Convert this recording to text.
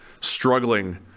struggling